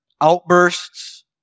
outbursts